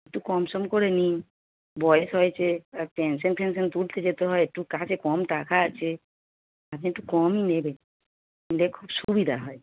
একটু কম সম করে নিন বয়স হয়েছে আর টেনশন ফেনশান তুলতে যেতে হয় একটু কাছে কম টাকা আছে আপনি একটু কমই নেবেন নিলে খুব সুবিধা হয়